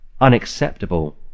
unacceptable